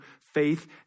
faith